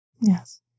Yes